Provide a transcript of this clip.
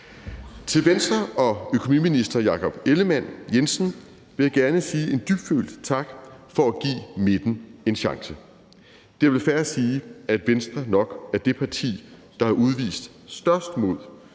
Til Venstre og økonomiministeren vil jeg gerne sige en dybfølt tak for at give midten en chance. Det er vel fair at sige, at Venstre nok er det parti, der har udvist størst mod og lige